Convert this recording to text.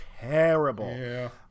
terrible